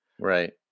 Right